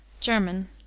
German